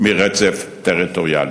מרצף טריטוריאלי.